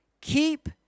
Keep